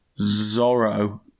Zorro